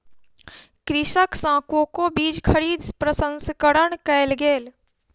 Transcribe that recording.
कृषक सॅ कोको बीज खरीद प्रसंस्करण कयल गेल